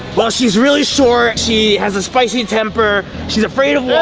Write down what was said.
well, she's really short, she has a spicy temper, she's afraid of